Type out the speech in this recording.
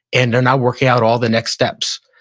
and they're now working out all the next steps.